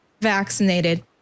vaccinated